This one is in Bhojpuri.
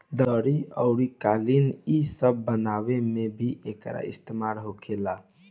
दरी अउरी कालीन इ सब बनावे मे भी एकर इस्तेमाल होखेला